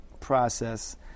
process